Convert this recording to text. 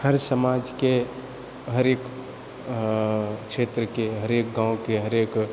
हर समाजके हरेक क्षेत्रके हरेक गाँवके हरेक